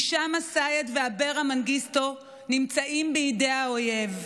הישאם א-סייד ואברה מנגיסטו נמצאים בידי האויב.